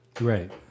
right